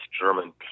German